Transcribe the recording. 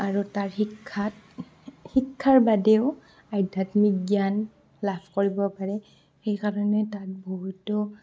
আৰু তাৰ শিক্ষাত শিক্ষাৰ বাদেও আধ্যাত্মিক জ্ঞান লাভ কৰিব পাৰে সেইকাৰণে তাত বহুতো